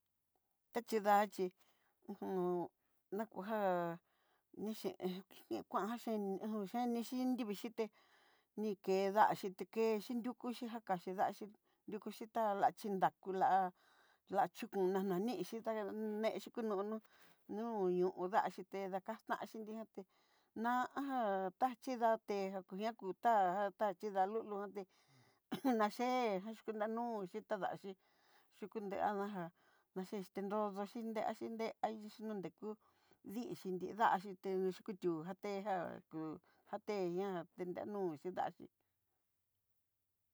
Taxhidá'a chí núu nakujá niché kuanxé hochení xhí nrívii xhité, nikédaxi tiké nrikuxíte niké ndaxhí ké chí nrikuxhí jaká xhídaxi nruku'la lachuku nananinxhí té nexhí kunó nó, nuú nu da'a xí té dakantanxí nriaté najá taxhí daté kuñá kuta'a, taxhidá lulutí naché kuti nanúxi tadaxí yukú ndeana já noché tinródoxi nreaxi nde, axinó nrekú di'ixhí nridaxí tenixi kutió ná jatejá ngu kateña tenda nú xhidaxí.